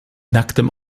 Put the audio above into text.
nacktem